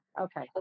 okay